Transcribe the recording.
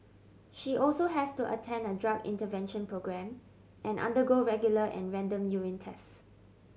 she also has to attend a drug intervention programme and undergo regular and random urine tests